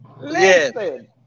Listen